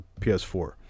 ps4